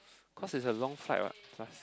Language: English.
cause is a long flight [what]